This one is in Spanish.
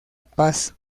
paz